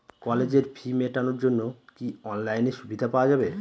কলেজের ফি মেটানোর জন্য কি অনলাইনে সুবিধা পাওয়া যাবে?